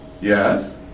Yes